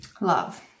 Love